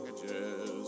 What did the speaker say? packages